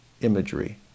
imagery